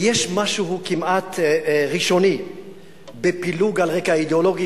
יש משהו כמעט ראשוני בפילוג על רקע אידיאולוגי,